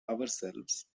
ourselves